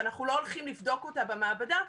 ואנחנו לא הולכים לבדוק אותה במעבדה.